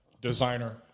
designer